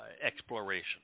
exploration